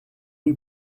rue